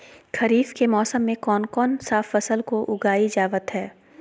खरीफ के मौसम में कौन कौन सा फसल को उगाई जावत हैं?